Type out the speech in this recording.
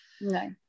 No